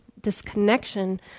disconnection